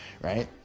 right